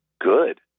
good